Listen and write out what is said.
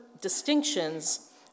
distinctions